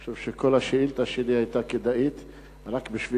אני חושב שכל השאילתא שלי היתה כדאית רק בשביל